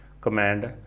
command